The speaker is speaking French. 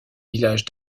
villages